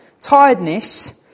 tiredness